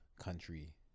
country